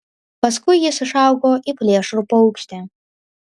paskui jis išaugo į plėšrų paukštį